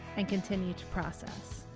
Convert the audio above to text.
and continue to process.